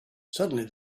suddenly